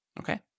Okay